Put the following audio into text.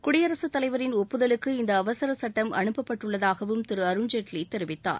குடியரசுத் தலைவரின் ஒப்புதலுக்கு இந்த அவசர சுட்டம் அனுப்பப்பட்டுள்ளதாகவும் திரு அருண்ஜேட்லி தெரிவித்தார்